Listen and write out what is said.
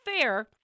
FAIR